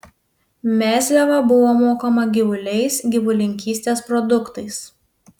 mezliava buvo mokama gyvuliais gyvulininkystės produktais